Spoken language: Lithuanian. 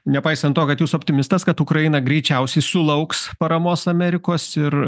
nepaisant to kad jūs optimistas kad ukraina greičiausiai sulauks paramos amerikos ir